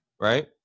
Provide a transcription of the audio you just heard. right